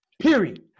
Period